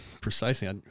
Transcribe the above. precisely